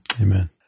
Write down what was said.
Amen